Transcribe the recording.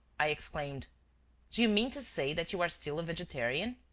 i exclaimed do you mean to say that you are still a vegetarian?